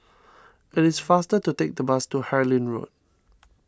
it is faster to take the bus to Harlyn Road